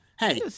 Hey